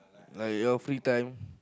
I a lot of free time